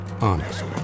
honest